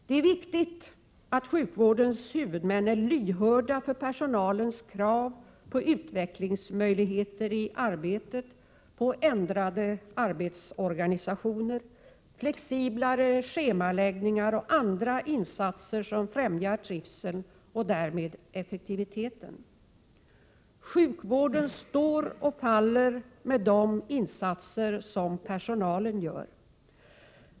Det är viktigt att sjukvårdens huvudmän är lyhörda för personalens krav på utvecklingsmöjligheter i arbetet, ändrad arbetsorganisation, flexiblare schemaläggning och andra insatser som främjar trivseln och därmed effektiviteten. Sjukvården står och faller med personalens insatser.